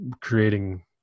creating